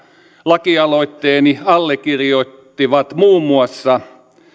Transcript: lakialoitteeni allekirjoittivat muun muassa